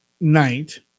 night